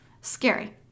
Scary